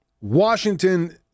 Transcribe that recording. Washington